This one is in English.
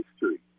history